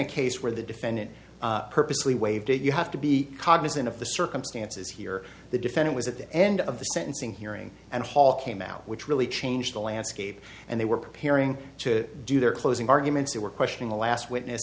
a case where the defendant purposely waived it you have to be cognizant of the circumstances here the defendant was at the end of the sentencing hearing and hall came out which really changed the landscape and they were preparing to do their closing arguments they were questioning the last witness